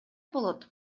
болот